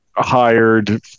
hired